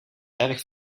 erg